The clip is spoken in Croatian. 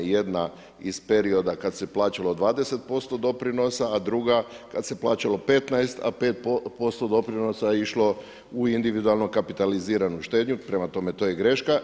Jedna iz perioda kad se plaćalo 20% doprinosa, a druga kad se plaćalo 15, a 5% doprinosa je išlo u individualnu kapitaliziranu štednju, prema tome to je greška.